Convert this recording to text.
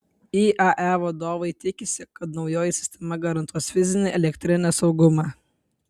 iae vadovai tikisi kad naujoji sistema garantuos fizinį elektrinės saugumą